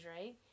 right